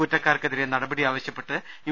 കുറ്റക്കാർക്കെതിരെ നടപടി ആവശ്യപ്പെട്ട് യു